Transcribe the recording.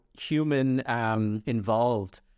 human-involved